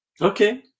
Okay